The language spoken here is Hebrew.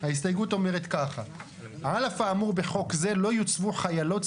אז ההסתייגות הזו מדברת על זה שהחוק, במקום